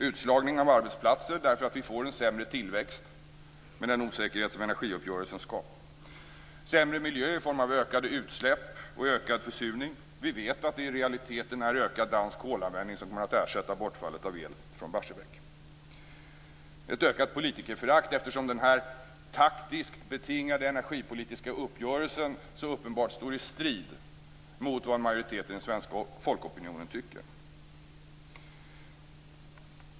Utslagning av arbetsplatser, därför att vi får en sämre tillväxt med den osäkerhet som energiuppgörelsen skapat. - Sämre miljö i form av ökade utsläpp och ökad försurning. Vi vet att det i realiteten är ökad dansk kolanvändning som kommer att ersätta bortfallet av el från Barsebäck. - Ett ökat politikerförakt, eftersom den här taktiskt betingade energipolitiska uppgörelsen så uppenbart står i strid mot vad en majoritet av den svenska folkopinionen tycker.